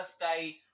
birthday